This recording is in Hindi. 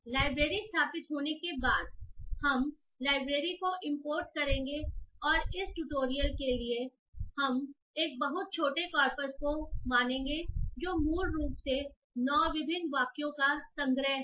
लाइब्रेरी स्थापित होने के बाद हम लाइब्रेरी को इंपोर्ट करेंगे और इस ट्यूटोरियल के लिए हम एक बहुत छोटे कॉर्पस को मानेंगे जो मूल रूप से 9 विभिन्न वाक्यों का संग्रह है